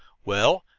well,